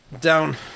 down